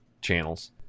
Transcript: channels